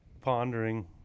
pondering